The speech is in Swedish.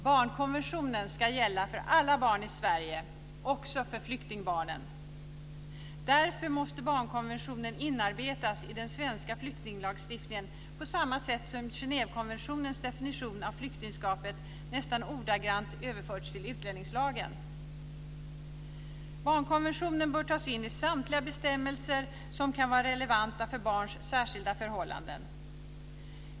Barnkonventionen ska gälla för alla barn i Sverige, också för flyktingbarnen. Därför måste barnkonventionen inarbetas i den svenska flyktinglagstiftningen, på samma sätt som Genèvekonventionens definition av flyktingskapet nästan ordagrant överförts till utlänningslagen. Barnkonventionen bör tas in i samtliga bestämmelser som kan vara relevanta för barns särskilda förhållanden.